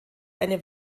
eine